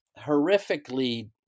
horrifically